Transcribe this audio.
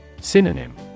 Synonym